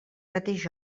mateix